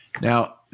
Now